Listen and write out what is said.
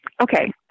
okay